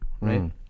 right